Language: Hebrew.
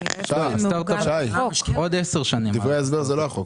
ישי, דברי ההסבר זה לא החוק.